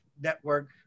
Network